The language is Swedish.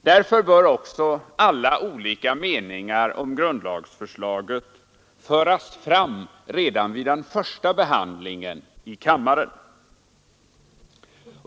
Därför bör också alla olika meningar om grundlagsförslaget föras fram redan vid den första behandlingen i kammaren.